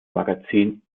magazin